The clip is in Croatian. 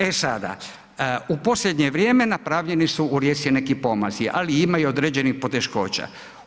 E sada, u posljednje vrijeme napravljeni su u Rijeci neki pomaci, ali ima i određenih poteškoća.